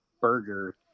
burger